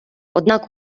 однак